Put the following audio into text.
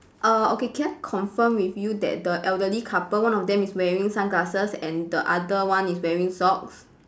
err okay can I confirm with you that the elderly couple one of them is wearing sunglasses and the other one is wearing socks